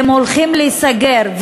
והם הולכים להיסגר,